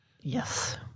Yes